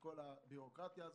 כל הבירוקרטיה הזאת.